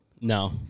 No